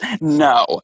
No